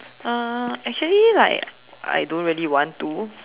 uh actually like I don't really want to